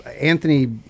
Anthony